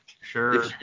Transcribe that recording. Sure